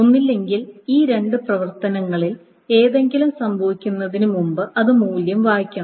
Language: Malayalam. ഒന്നുകിൽ ഈ രണ്ട് പ്രവർത്തനങ്ങളിൽ ഏതെങ്കിലും സംഭവിക്കുന്നതിന് മുമ്പ് അത് മൂല്യം വായിക്കണം